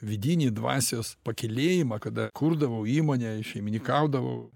vidinį dvasios pakylėjimą kada kurdavau įmonę šeiminikaudavau